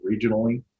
regionally